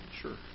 Sure